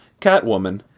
Catwoman